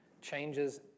changes